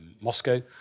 Moscow